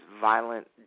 violent